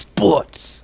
Sports